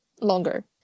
longer